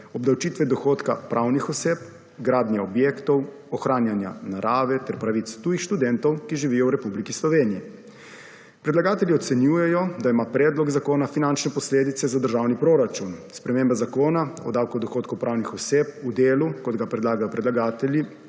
obdavčitve dohodka pravnih oseb, gradnje objektov, ohranjanja narave ter pravic tujih študentov, ki živijo v Republiki Sloveniji. Predlagatelji ocenjujejo, da ima predlog zakona finančne posledice za državni proračun, sprememba zakona o davku od dohodkov pravnih oseb v delu, kot ga predlagajo predlagatelji,